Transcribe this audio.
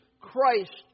Christ